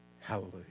Hallelujah